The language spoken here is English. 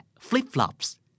Flip-flops